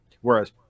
Whereas